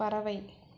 பறவை